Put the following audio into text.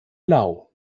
lau